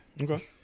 Okay